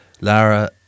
Lara